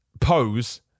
pose